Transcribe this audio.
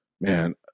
man-